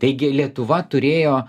taigi lietuva turėjo